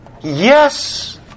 Yes